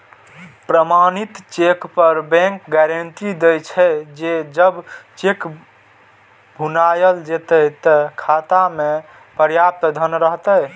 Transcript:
प्रमाणित चेक पर bank guarantee दै छे, जे जब चेक भुनाएल जेतै, ते खाता मे पर्याप्त धन रहतै